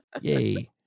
yay